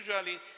usually